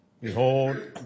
Behold